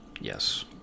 Yes